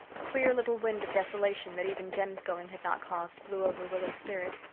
a queer little wind of desolation that even jem's going had not caused blew over rilla's spirit.